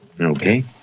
Okay